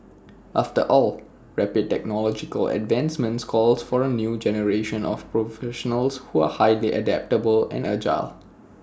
after all rapid technological advancements calls for A new generation of professionals who are highly adaptable and agile